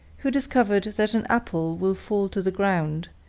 who discovered that an apple will fall to the ground,